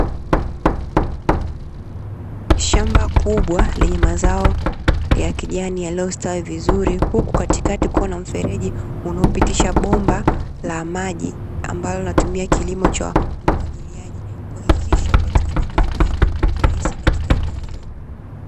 Shamba kubwa lenye mazao ya kijani ya yaliostawi vizuri huku katikati kuwa na mfereji unaopitisha bomba la maji ambalo linatumia kilimo cha umwagiliaji, kuhakikisha upatikanaji wa maji kirahisi katika eneo hilo.